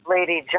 Lady